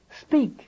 speak